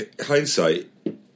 hindsight